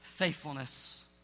Faithfulness